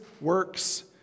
works